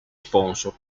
sponsor